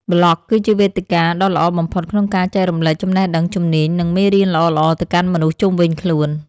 ប្លក់គឺជាវេទិកាដ៏ល្អបំផុតក្នុងការចែករំលែកចំណេះដឹង ជំនាញ និងមេរៀនល្អៗទៅកាន់មនុស្សជុំវិញខ្លួន។